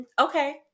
okay